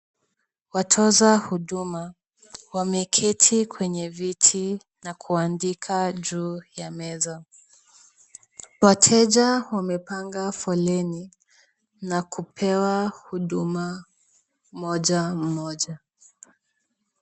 Watoza huduma wameketi kwenye viti na kuandika juu ya meza. Wateja wamepanga foleni na kupewa huduma mmoja mmoja.